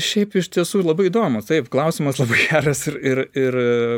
šiaip iš tiesų labai įdomu taip klausimas labai geras ir ir ir